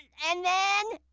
and thennnn.